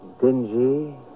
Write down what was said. Dingy